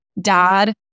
dad